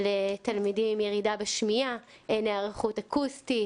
לתלמידים עם ירידה בשמיעה, אין היערכות אקוסטית.